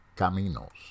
caminos